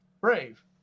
brave